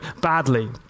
badly